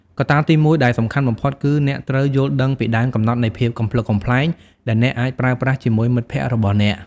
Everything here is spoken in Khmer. កត្តាទីមួយដែលសំខាន់បំផុតគឺអ្នកត្រូវយល់ដឹងពីដែនកំណត់នៃភាពកំប្លុកកំប្លែងដែលអ្នកអាចប្រើប្រាស់ជាមួយមិត្តភក្តិរបស់អ្នក។